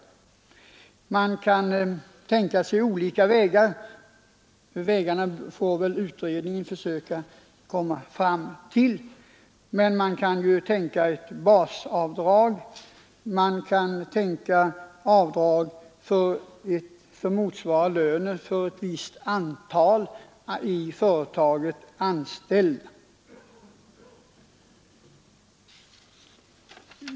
Man kan här tänka sig att gå olika vägar, och det bör vara utredningens uppgift att söka komma fram till vilka vägar som bör väljas. En möjlighet är att införa ett basavdrag eller ett avdrag som motsvarar lönen för ett visst antal anställda.